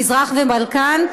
המזרח והבלקן.